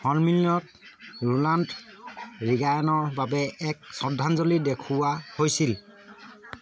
সন্মিলনত ৰোনাল্ড ৰিগানৰ বাবে এক শ্ৰদ্ধাঞ্জলি দেখুওৱা হৈছিল